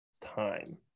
time